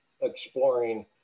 exploring